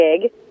gig